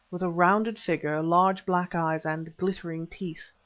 with a rounded figure, large black eyes, and glittering teeth.